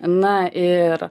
na ir